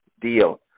deal